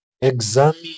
Examine